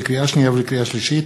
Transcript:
לקריאה שנייה ולקריאה שלישית: